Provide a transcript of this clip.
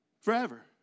Forever